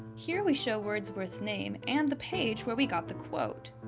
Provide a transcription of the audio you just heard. here we show wordsworth's name and the page where we got the quote.